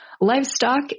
livestock